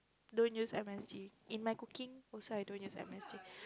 don't use M_S_G in my cooking also I don't use M_S_G